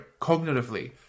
cognitively